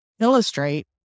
illustrate